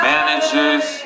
Managers